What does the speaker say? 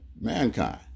mankind